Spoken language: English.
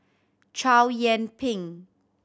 Chow Yian Ping